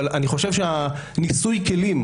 אבל אני חושב שניסוי הכלים,